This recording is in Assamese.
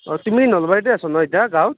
তুমি নলবাৰীতে আছ ন ইতা গাঁৱত